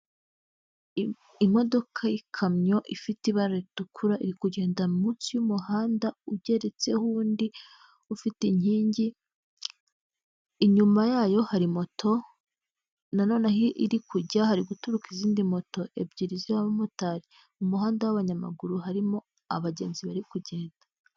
Imodoka y'ikamyo ifite ibara ritukura, iri kugenda munsi y'umuhanda ugeretseho undi ufite inkingi, inyuma yayo hari moto nanone aho iri kujya hari guturuka izindi moto ebyiri z'abamotari, mu muhanda w'abanyamaguru harimo abagenzi bari kugenda.